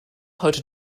heute